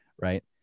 right